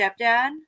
stepdad